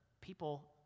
people